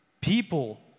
people